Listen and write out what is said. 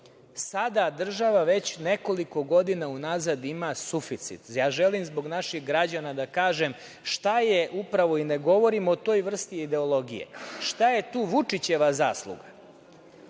država, već nekoliko godina unazad ima suficit. Ja želim zbog naših građana da kažem šta je upravo, i ne govorim o toj vrsti ideologije, šta je tu Vučićeva zasluga.